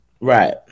Right